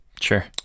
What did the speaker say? sure